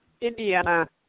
Indiana